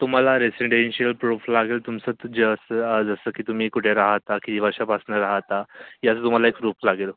तुम्हाला residential proof लागेल तुमचं जसं जसं की तुम्ही कोठे राहता की वर्षापासनं राहता याचा तुम्हाला एक प्रूफ लागेल